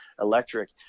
Electric